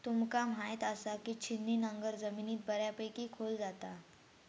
तुमका म्हायत आसा, की छिन्नी नांगर जमिनीत बऱ्यापैकी खोल जाता